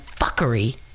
fuckery